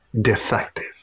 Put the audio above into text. defective